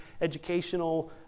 educational